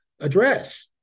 address